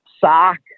sock